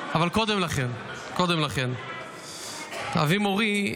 אבל קודם לכן, אבי מורי,